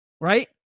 right